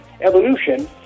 evolution